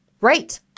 Right